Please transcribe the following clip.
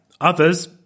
others